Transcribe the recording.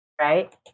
Right